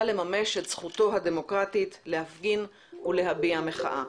לממש את זכותו הדמוקרטית להפגין ולהביע מחאה.